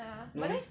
ya no meh